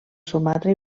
sumatra